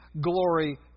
glory